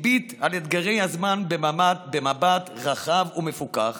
הוא הביט על אתגרי הזמן במבט רחב ומפוקח